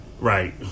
Right